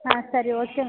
ಹಾಂ ಸರಿ ಓಕೆ